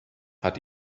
hat